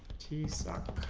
g sup